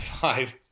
five